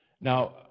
Now